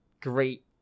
great